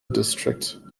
district